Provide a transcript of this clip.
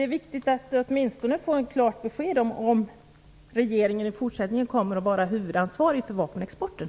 Det är viktigt att åtminstone få ett klart besked om regeringen i fortsättningen kommer att vara huvudansvarig för vapenexporten.